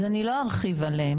אז אני לא ארחיב עליהם.